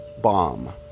bomb